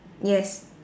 yes